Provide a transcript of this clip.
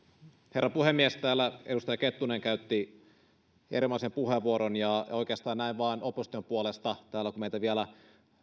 herra puhemies täällä edustaja kettunen käytti erinomaisen puheenvuoron ja oikeastaan vain näin opposition puolesta täällä kun meitä vielä